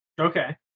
Okay